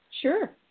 Sure